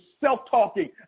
self-talking